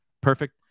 Perfect